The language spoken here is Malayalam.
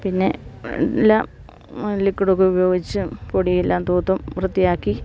പിന്നെ എല്ലാം ലിക്യുടൊക്കെ ഉപയോഗിച്ച് പൊടിയെല്ലാം തൂത്തും വൃത്തിയാക്കി